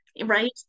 Right